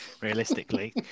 realistically